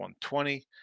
120